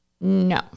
No